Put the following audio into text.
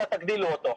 אלא תגדילו אותו.